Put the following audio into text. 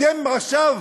אתם, עכשיו